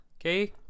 okay